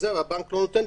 והבנק לא נותן,